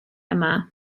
yma